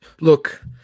look